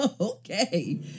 Okay